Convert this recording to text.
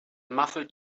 muffled